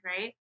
Right